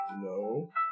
No